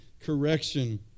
correction